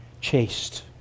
chased